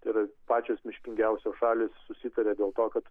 tai yra pačios miškingiausios šalys susitarė dėl to kad